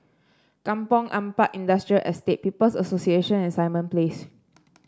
Kampong Ampat Industrial Estate People's Association and Simon Place